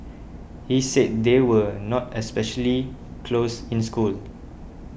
he said they were not especially close in school